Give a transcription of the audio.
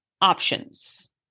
options